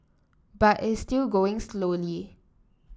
but it's still going slowly